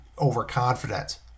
overconfident